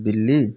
बिल्ली